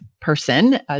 person